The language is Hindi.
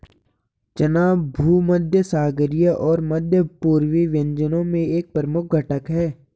चना भूमध्यसागरीय और मध्य पूर्वी व्यंजनों में एक प्रमुख घटक है